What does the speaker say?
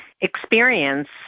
experience